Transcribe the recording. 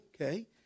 Okay